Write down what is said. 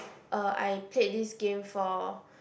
uh I played this game for